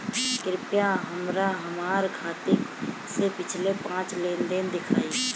कृपया हमरा हमार खाते से पिछले पांच लेन देन दिखाइ